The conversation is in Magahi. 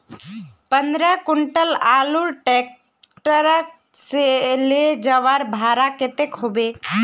पंद्रह कुंटल आलूर ट्रैक्टर से ले जवार भाड़ा कतेक होबे?